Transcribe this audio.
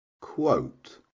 quote